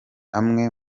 amwe